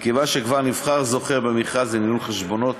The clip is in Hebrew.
מכיוון שכבר נבחר זוכה במכרז לניהול חשבונות